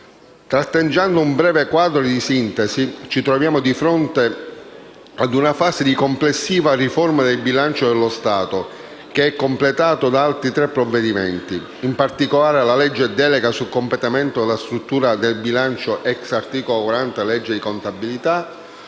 Tratteggiando un breve quadro di sintesi, ci troviamo di fronte a una fase di complessiva riforma del bilancio dello Stato, che risulta completata da altri tre provvedimenti: in particolare, la delega sul completamento della struttura del bilancio *ex* articolo 40 della legge di contabilità,